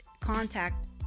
contact